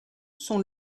sont